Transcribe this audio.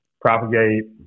propagate